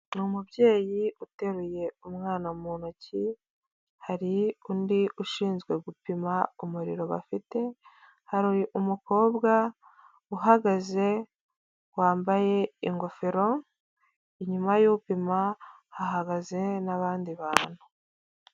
Ni umubyeyi uteruye umwana mu ntoki, hari undi ushinzwe gupima umuriro bafite, hari umukobwa uhagaze wambaye ingofero, inyuma y'upima hahagaze n'abandi bantu.